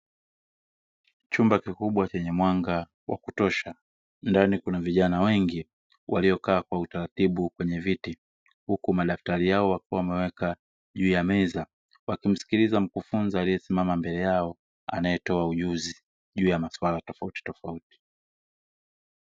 Chumba kikubwa chenye mwanga wa kutosha, ndani kuna vijana wengi walioketi kwa utaratibu kwenye viti huku madaftari yao wakiwa wameweka juu ya meza, wakimsikiliza mkufunzi aliyesimama mbele yao anayetoa ujuzi juu ya maswala tofauti tofauti.